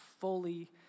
fully